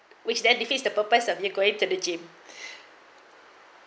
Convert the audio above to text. which then defeats the purpose of your going to the gym